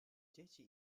dzieci